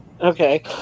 Okay